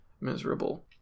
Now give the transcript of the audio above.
miserable